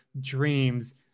dreams